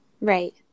Right